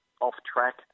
off-track